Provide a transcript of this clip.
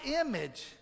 image